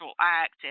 act